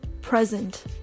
present